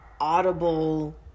audible